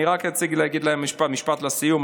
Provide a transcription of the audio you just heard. אני רק רציתי להגיד להם משפט לסיום.